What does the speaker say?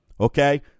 Okay